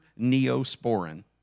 Neosporin